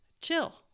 chill